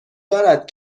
دارد